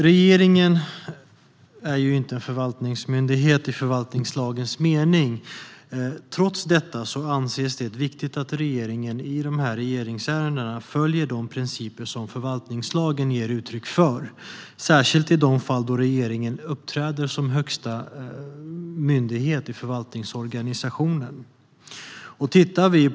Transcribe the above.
Regeringen är ju inte en förvaltningsmyndighet i förvaltningslagens mening. Trots detta anses det viktigt att regeringen i regeringsärenden följer de principer som förvaltningslagen ger uttryck för, särskilt i de fall då regeringen uppträder som högsta myndighet i förvaltningsorganisationen.